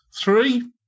three